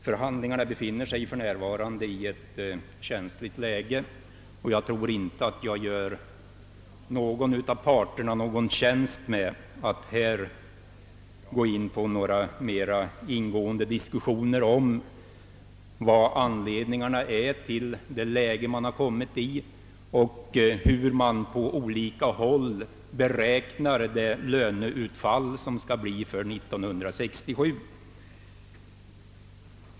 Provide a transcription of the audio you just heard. Förhandlingarna befinner sig i ett känsligt skede, och jag tror inte jag gör någon av parterna någon tjänst med att ge mig in på någon ingående diskussion om vad anledningen är till det läge man har kommit i och hur man på olika håll beräknar löneutfallet för 1967.